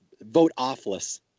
vote-offless